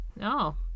No